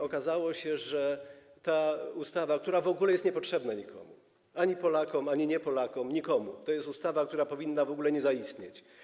Okazało się, że ta ustawa, która w ogóle jest niepotrzebna nikomu, ani Polakom, ani nie-Polakom, nikomu, to jest ustawa, która nie powinna w ogóle zaistnieć.